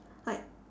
like